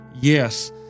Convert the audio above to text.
yes